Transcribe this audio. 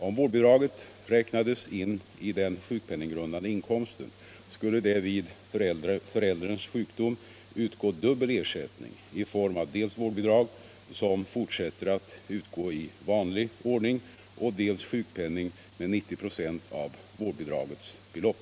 Om vårdbidraget räknades in i den sjukpenninggrundande inkomsten skulle det vid förälderns sjukdom utgå dubbel ersättning i form av dels vårdbidrag, som fortsätter att utgå i vanlig ordning, dels sjukpenning med 90 96 av vårdbidragets belopp.